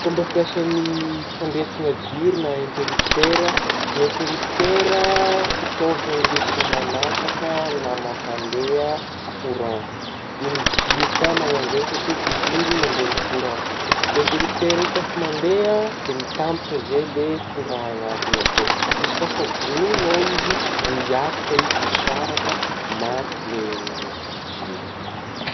Fômba fiasan'gny fandrehetagna jiro na interiptera, ny interiptera fitaovagna indesigna mahapaka na mampandeha courant dia ny jiro ka managno zegny satria jiro mandeha aminah courant, interiptera io ka fa mandeha dia mitambatra zey ilay courant anatgny akao ,izy ka fa vonognao izy miataka izy misaraka maty ilay jiro.